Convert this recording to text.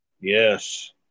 yes